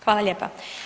Hvala lijepa.